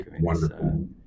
Wonderful